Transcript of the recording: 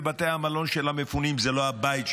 בתי המלון של המפונים זה לא הבית שלהם.